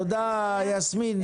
תודה, יסמין.